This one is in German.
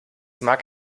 mag